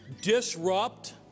disrupt